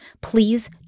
Please